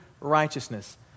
righteousness